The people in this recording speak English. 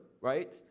right